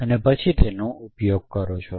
અને પછી તેનો ઉપયોગ કરો